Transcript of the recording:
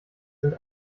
sind